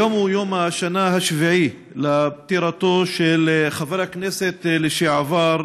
היום הוא יום השנה השביעית לפטירתו של חבר הכנסת לשעבר,